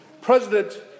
President